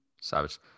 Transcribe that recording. savage